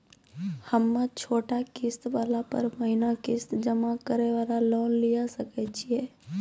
हम्मय छोटा किस्त वाला पर महीना किस्त जमा करे वाला लोन लिये सकय छियै?